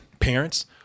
parents